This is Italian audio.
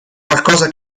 qualcosa